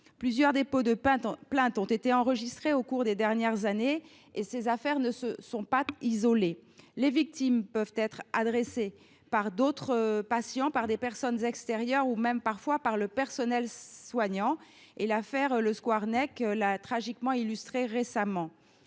Plusieurs dépôts de plainte ont été enregistrés au cours des dernières années, et ces affaires ne sont pas isolées. Les victimes peuvent être agressées par d’autres patients, par des personnes extérieures, voire, parfois, par le personnel soignant, comme l’a tragiquement illustré l’affaire